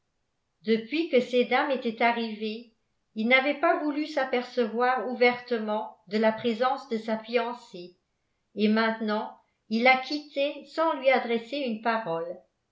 depuis que ces dames étaient arrivées il n'avait pas voulu s'apercevoir ouvertement de la présence de sa fiancée et maintenant il la quittait sans lui adresser une parole